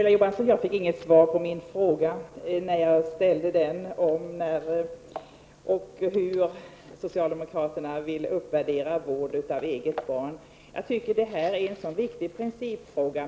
Herr talman! Jag fick inget svar på min fråga till Ulla Johansson om hur socialdemokraterna vill uppvärdera vård av eget barn. Jag tycker att frågan om garantibeloppet är en viktig principfråga.